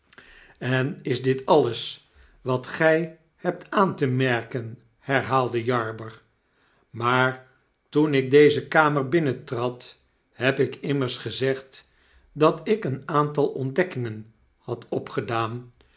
en is dit alles wat gy hebt aan te merken herhaalde jarber maar toen ik deze kamer binnentrad heb ik immers gezegd dat ik een aantal ontdekkingen had opgedaan